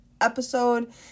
episode